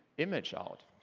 image out.